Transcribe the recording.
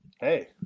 Hey